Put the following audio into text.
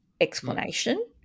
explanation